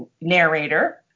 narrator